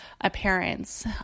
appearance